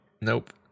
nope